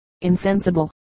insensible